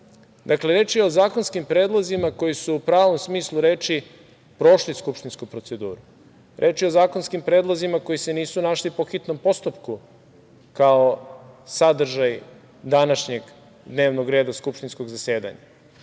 reč je o zakonskim predlozima koji su u pravom smislu reči prošli skupštinsku proceduru. Reč je o zakonskim predlozima koji se nisu našli po hitnom postupku, kao sadržaj današnjeg dnevnog reda skupštinskog zasedanja